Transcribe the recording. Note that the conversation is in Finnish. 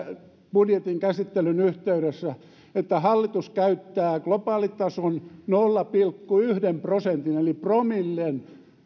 budjetin käsittelyn yhteydessä että hallitus käyttää globaalitason nolla pilkku yhden prosentin eli promillen